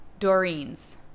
Doreens